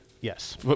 Yes